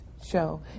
show